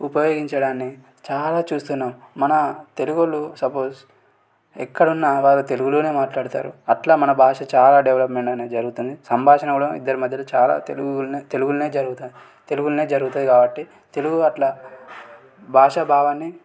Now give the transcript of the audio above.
ఉపయోగించడాన్ని చాలా చూస్తున్నాం మన తెలుగు వాళ్ళు సపోజ్ ఎక్కడున్నా వారు తెలుగులోనే మాట్లాడతారు అట్లా మన భాష చాలా డెవలప్మెంట్ అనేది జరుగుతుంది సంభాషణ కూడా ఇద్దరి మధ్యల చాలా తెలుగులోనే తెలుగులోనే జరుగుతుంది తెలుగులోనే జరుగుతుంది కాబట్టి తెలుగు అట్లా భాషా భావాన్ని